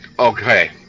Okay